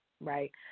right